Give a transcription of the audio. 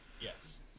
Yes